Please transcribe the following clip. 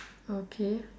okay